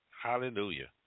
Hallelujah